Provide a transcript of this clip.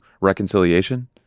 reconciliation